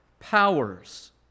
powers